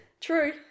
true